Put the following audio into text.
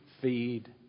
feed